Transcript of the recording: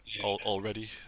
already